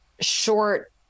short